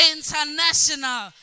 International